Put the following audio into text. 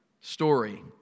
story